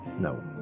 No